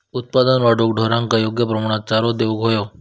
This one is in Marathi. उत्पादन वाढवूक ढोरांका योग्य प्रमाणात चारो देऊक व्हयो